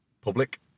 public